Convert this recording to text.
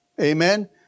Amen